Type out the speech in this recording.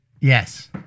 Yes